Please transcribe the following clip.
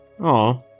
Aw